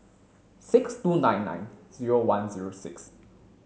six two nine nine zero one zero six